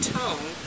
tone